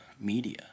media